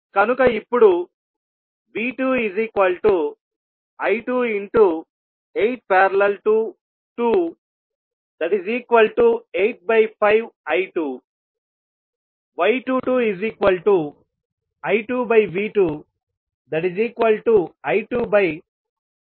కనుక ఇప్పుడు V2I28||285I2 y22I2V2I285I20